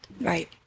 Right